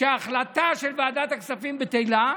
שההחלטה של ועדת הכספים בטלה,